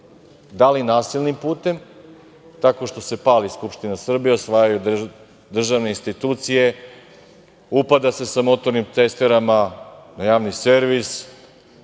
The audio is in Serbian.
da li nasilnim putem, tako što se pali Skupština Srbije, osvajaju državne institucije, upada se sa motornim testerama na javni servis.